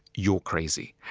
you're crazy.